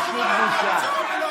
שב, בבקשה.